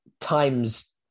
times